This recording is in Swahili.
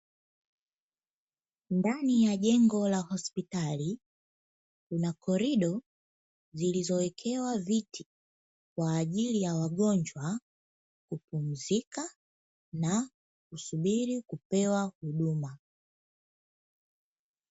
Ndani ya jengo la hospitali kuna korido zilizowekewa viti kwa ajili ya wagonjwa kupumzika na kusubiri kupewa huduma.